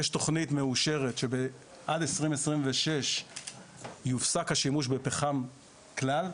יש תכנית מאושרת שעד 2026 יופסק השימוש בפחם כלל,